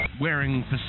wearing